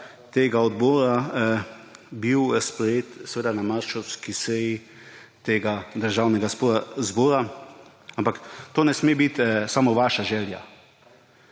tega odbora, sprejet na marčevski seji tega državnega zbora. Ampak to ne sme biti samo želja.